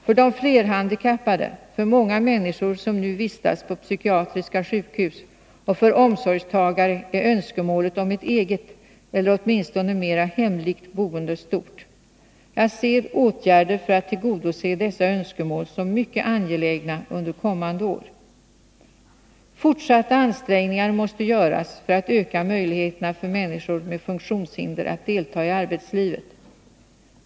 För de flerhandikappade, för många människor som nu vistas på psykiatriska sjukhus och för omsorgstagare är önskemålet om ett eget, eller åtminstone mera hemlikt boende stort. Jag ser åtgärder för att tillgodose dessa önskemål som mycket angelägna under kommande år. Fortsatta ansträngningar måste göras för att öka möjligheterna för människor med funktionshinder att delta i arbetslivet.